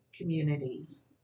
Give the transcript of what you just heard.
communities